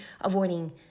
avoiding